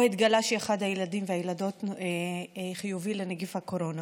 או שהתגלה שאחד הילדים והילדות חיובי לנגיף הקורונה.